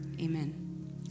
Amen